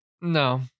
No